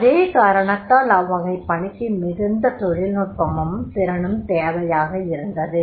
அதே காரணத்தால் அவ்வகைப் பணிக்கு மிகுந்த தொழில் நுட்பமும் திறனும் தேவையாக இருந்தது